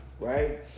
right